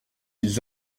ils